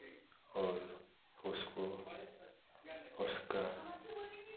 और उसको उसका